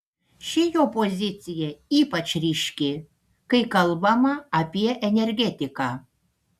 ši jo pozicija ypač ryški kai kalbama apie energetiką